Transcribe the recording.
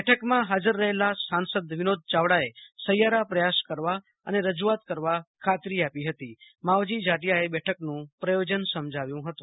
બેઠકમાં ફાજર રહેલા સાસંદ વિનોદ ચાવડાએ સહિયારા પ્રયાસ કરવા અને રજૂઆત કરવા ખાતરી આપી હતી માવજી જાટીયાએ બેઠકનું પ્રયોજન સમજાયું હતું